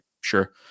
sure